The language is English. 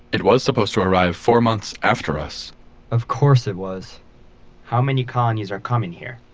it was supposed to arrive four months after us of course it was how many colonies are coming here?